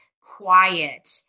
quiet